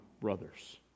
brothers